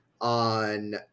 on